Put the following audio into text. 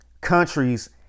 countries